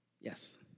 yes